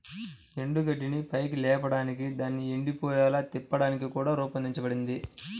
ఎండుగడ్డిని పైకి లేపడానికి దానిని ఎండిపోయేలా తిప్పడానికి కూడా రూపొందించబడింది